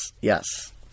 yes